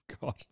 God